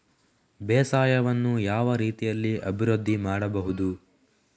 ಬೇಸಾಯವನ್ನು ಯಾವ ರೀತಿಯಲ್ಲಿ ಅಭಿವೃದ್ಧಿ ಮಾಡಬಹುದು?